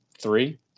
three